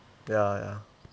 ya ya